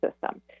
system